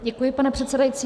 Děkuji, pane předsedající.